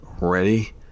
ready